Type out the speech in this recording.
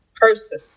person